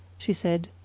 she said,